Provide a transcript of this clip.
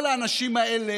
כל האנשים האלה